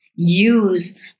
use